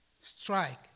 strike